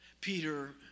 Peter